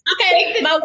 Okay